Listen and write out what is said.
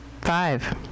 five